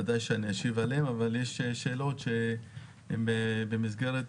בוודאי שאשיב עליהן אבל יש שאלות שהן במסגרת